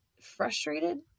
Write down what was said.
frustrated